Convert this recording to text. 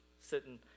sitting